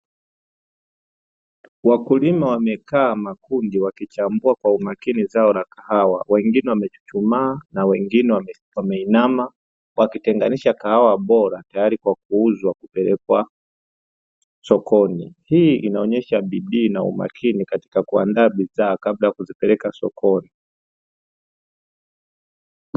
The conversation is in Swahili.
Wakulima wamekaa makundi wakichambua kwa umakini zao la kahawa, wengine wamechuchumaa na wengine wameinama wakitenganisha kahawa bora tayari kwa kuuzwa kupelekwa sokoni, hii inaonyesha bidii na umakini katika kuandaa bidhaa kabla ya kuzipeleka sokoni.